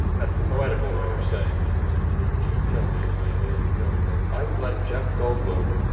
that's the poetical way of saying you kill me, baby, you kill me, baby. i would let jeff goldblum